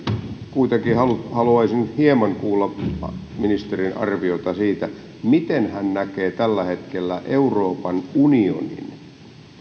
kuitenkin haluaisin hieman kuulla ministerin arvioita siitä miten hän näkee tällä hetkellä euroopan unionin